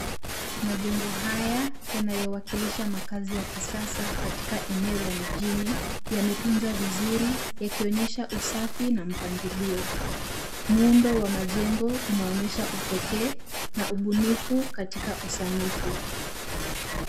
Majengo haya yanayowakilisha makazi ya kisasa katika eneo la mijini yametunzwa vizuri yakionyesha usafi na mpangilio. Muundo wa majengo unaonyesha upekee na ubunifu katika usanifu.